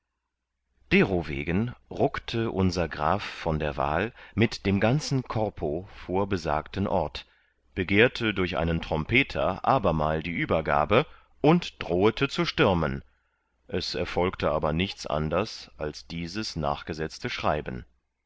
derowegen ruckte unser graf von der wahl mit dem ganzen corpo vor besagten ort begehrte durch einen trompeter abermal die übergabe und drohete zu stürmen es erfolgte aber nichts anders als dieses nachgesetzte schreiben